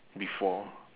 before